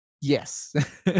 Yes